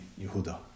Yehuda